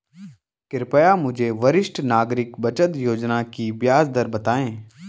कृपया मुझे वरिष्ठ नागरिक बचत योजना की ब्याज दर बताएँ